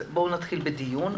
נתחיל בדיון.